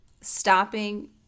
stopping